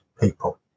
people